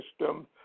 system